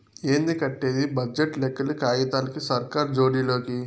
ఏంది కట్టేది బడ్జెట్ లెక్కలు కాగితాలకి, సర్కార్ జోడి లోకి